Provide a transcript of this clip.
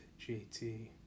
JT